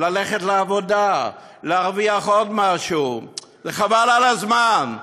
ללכת לעבודה, להרוויח עוד משהו, חבל על הזמן.